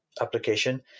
application